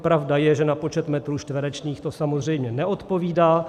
Pravda je, že na počet metrů čtverečních to samozřejmě neodpovídá.